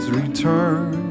return